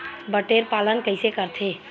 बटेर पालन कइसे करथे?